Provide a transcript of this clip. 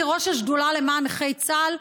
כראש השדולה למען נכי צה"ל,